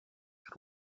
and